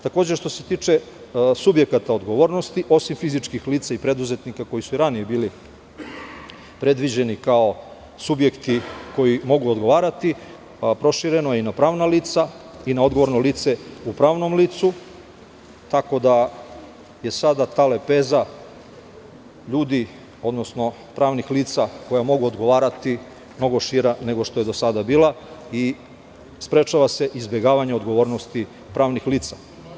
Takođe, što se tiče subjekata odgovornosti, osim fizičkih lica i preduzetnika, koji su ranije bili predviđeni kao subjekti koji mogu odgovarati, prošireno je i na pravna lica i na odgovorno lice u pravnom licu, tako da je sada ta lepeza ljudi, odnosno pravnih lica koja mogu odgovarati mnogo šira nego što je do sada bila i sprečava se izbegavanje odgovornosti pravnih lica.